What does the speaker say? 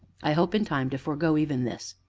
i hope, in time, to forego even this,